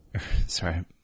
Sorry